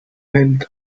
held